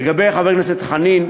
לגבי חבר הכנסת חנין,